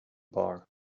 bar